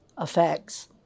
effects